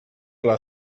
pla